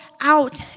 out